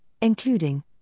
including